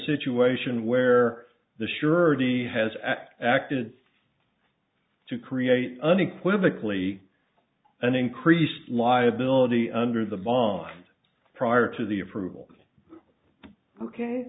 situation where the surety has acted to create unequivocally an increased liability under the bar prior to the approval ok